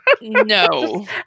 No